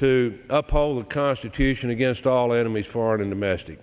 to up all the constitution against all enemies foreign and domestic